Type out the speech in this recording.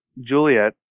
Juliet